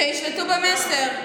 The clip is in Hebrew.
שישלטו במסר.